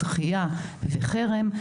דחייה וחרם,